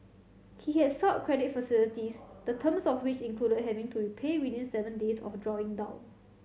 he had sought credit facilities the terms of which included having to repay within seven days of drawing down